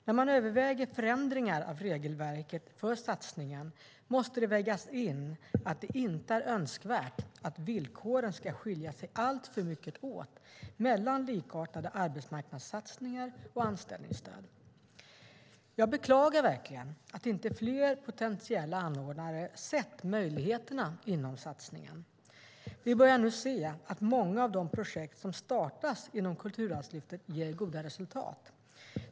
När man överväger förändringar av regelverket för satsningen måste det vägas in att det inte är önskvärt att villkoren ska skilja sig alltför mycket åt mellan likartade arbetsmarknadssatsningar och anställningsstöd. Jag beklagar verkligen att inte fler potentiella anordnare sett möjligheterna inom satsningen. Vi börjar nu se att många av de projekt som startas inom Kulturarvslyftet ger goda resultat.